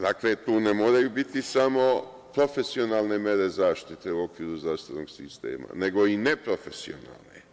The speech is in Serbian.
Dakle, tu ne moraju biti samo profesionalne mere zaštite u okviru zdravstvenog sistema nego i neprofesionalne.